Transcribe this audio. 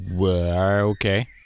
okay